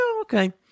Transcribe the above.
okay